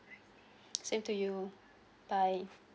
same to you bye